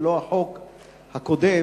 ולא החוק הקודם.